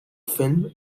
film